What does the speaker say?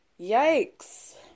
Yikes